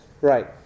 right